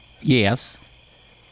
Yes